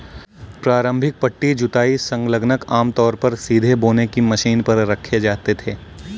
प्रारंभिक पट्टी जुताई संलग्नक आमतौर पर सीधे बोने की मशीन पर रखे जाते थे